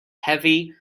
heavy